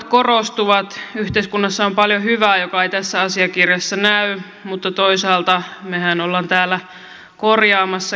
yhteiskunnassa on paljon hyvää joka ei tässä asiakirjassa näy mutta toisaalta mehän olemme täällä korjaamassa kipukohtia